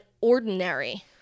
ordinary